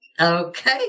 Okay